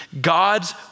God's